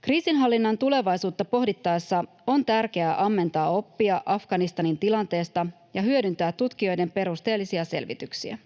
Kriisinhallinnan tulevaisuutta pohdittaessa on tärkeää ammentaa oppia Afganistanin tilanteesta ja hyödyntää tutkijoiden perusteellisia selvityksiä.